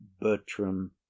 bertram